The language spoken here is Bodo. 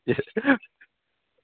दे